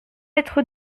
être